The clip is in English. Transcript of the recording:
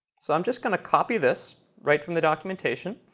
so i'm just going to copy this right from the documentation,